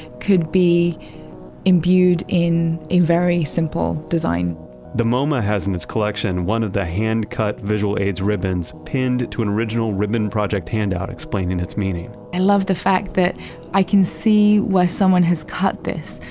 could be endued in a very simple design the moma has in it's collection one of the hand-cut visual aids ribbons pinned to an original ribbon project hand-out explaining it's meaning i love the fact that i can see where someone has cut this,